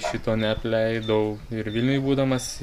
šito neapleidau ir vilniuj būdamas